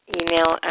email